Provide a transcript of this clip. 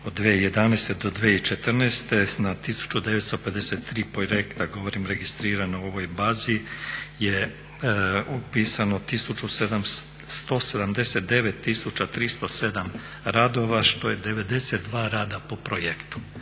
od 2011. do 2014. na 1953. projekta govorim registrirano u ovoj bazi je upisano 179307 radova što je 92 rada po projektu.